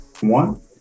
one